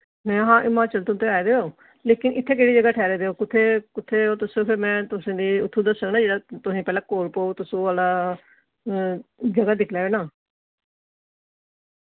ने हां हिमाचल तो ते आए दे ओ लेकिन इत्थे केह्ड़ी जगह ठैहरे दे ओ कुत्थे कुत्थे ओ तुस फिर में तुसें गी उत्थों दस्संग ना जेह्ड़ा तुसें पैह्ले कोल पोग तुस ओह् आह्ला जगह दिक्ख लैयो ना